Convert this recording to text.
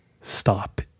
stop